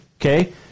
Okay